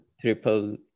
triple